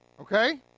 Okay